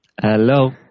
Hello